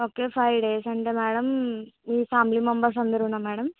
okay five days అంటే madam మీ family members అందరు మేడం